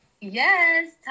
Yes